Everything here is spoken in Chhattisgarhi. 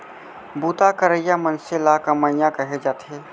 बूता करइया मनसे ल कमियां कहे जाथे